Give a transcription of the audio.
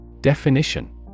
Definition